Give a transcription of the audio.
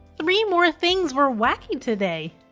three more things were wacky today!